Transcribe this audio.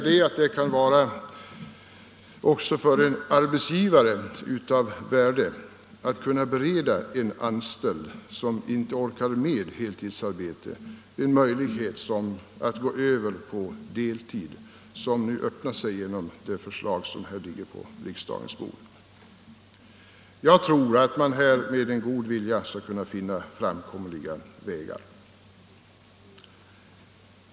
Det kan också för arbetsgivaren vara av värde att kunna bereda en anställd som inte orkar med heltidsarbete möjlighet att gå över på deltid. Sådana möjligheter öppnar sig genom det förslag som nu ligger på riksdagens bord. Jag tror att man med god vilja skall kunna finna framkomliga vägar.